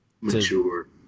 mature